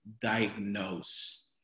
diagnose